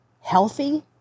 healthy